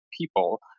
people